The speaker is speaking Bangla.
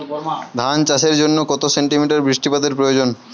ধান চাষের জন্য কত সেন্টিমিটার বৃষ্টিপাতের প্রয়োজন?